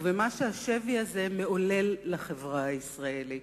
ובמה שהשבי הזה מעולל לחברה הישראלית.